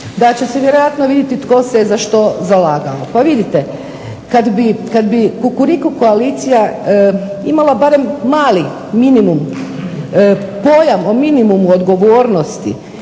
da će se vjerojatno vidjeti tko se je za što zalagao. Pa vidite, kada bi Kukuriku koalicija imala mali minimum pojam o minimumu odgovornosti